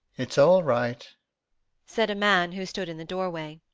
it's all right said a man who stood in the doorway.